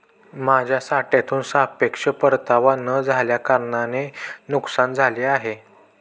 माझ्या साठ्यातून सापेक्ष परतावा न झाल्याकारणाने नुकसान झाले आहे